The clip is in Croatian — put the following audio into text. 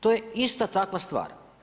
To je ista takva stvar.